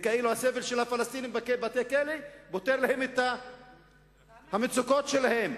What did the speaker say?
וכאילו הסבל של הפלסטינים בבתי-כלא פותר להם את המצוקות שלהם.